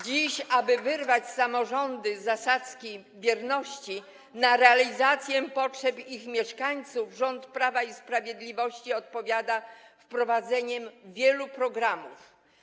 Dziś, aby wyrwać samorządy z zasadzki bierności, na realizację potrzeb ich mieszkańców rząd Prawa i Sprawiedliwości odpowiada wprowadzeniem wielu programów.